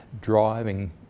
driving